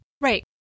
Right